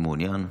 אם מעוניין.